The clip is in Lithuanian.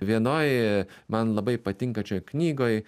vienoj man labai patinkančioj knygoj